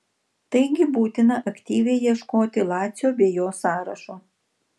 taigi būtina aktyviai ieškoti lacio bei jo sąrašo